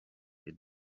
iad